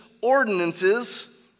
ordinances